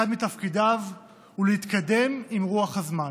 אחד מתפקידיו הוא להתקדם עם רוח הזמן,